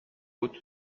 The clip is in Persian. بود